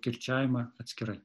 kirčiavimą atskirai